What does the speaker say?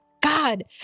God